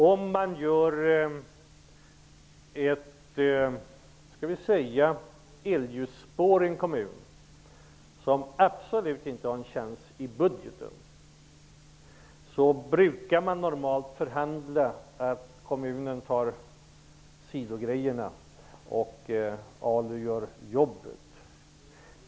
Låt oss säga att en kommun skall bygga ett elljusspår. Det finns inte någon möjlighet till det i budgeten. Då brukar det normalt förhandlas fram att kommunen står för sidogrejorna och ALU står för jobbet.